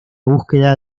búsqueda